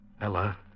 Ella